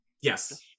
yes